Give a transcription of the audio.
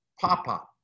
Papa